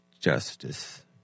justice